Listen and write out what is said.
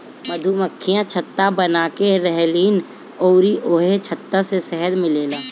मधुमक्खियाँ छत्ता बनाके रहेलीन अउरी ओही छत्ता से शहद मिलेला